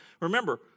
Remember